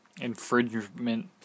infringement